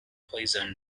poison